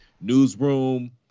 Newsroom